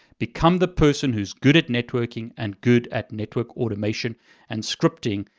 become the person who's good at networking, and good at network automation and scripting,